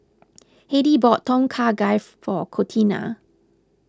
Hedy bought Tom Kha Gai for Contina